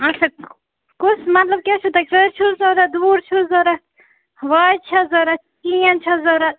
آچھا کُس مطلب کیٛاہ چھُو تۄہہِ کٔرۍ چھُوٕ ضوٚرَتھ دوٗر چھُوٕ ضوٚرَتھ واجہٕ چھےٚ ضوٚرَتھ چین ز چھےٚ ضوٚرَتھ